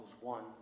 one